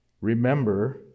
remember